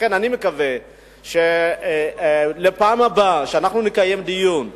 לכן, אני מקווה שבפעם הבאה שנקיים דיון,